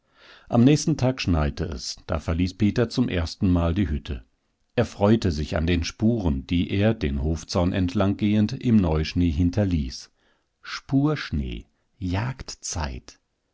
am nächsten tag schneite es da verließ peter zum erstenmal die hütte er freute sich an den spuren die er den hofzaun entlanggehend im neuschnee hinterließ spurschnee